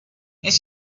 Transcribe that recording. it’s